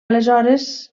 aleshores